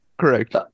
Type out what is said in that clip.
correct